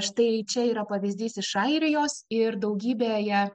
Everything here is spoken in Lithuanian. štai čia yra pavyzdys iš airijos ir daugybėje